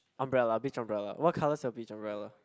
umbrella beach umbrella what colour is your beach umbrella